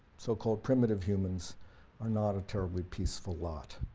so called primitive humans are not a terribly peaceful lot.